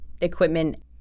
equipment